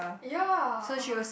ya (aha)